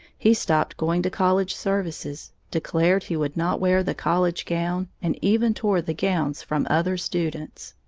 he stopped going to college services, declared he would not wear the college gown, and even tore the gowns from other students.